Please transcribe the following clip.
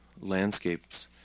landscapes